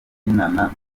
abyinana